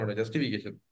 justification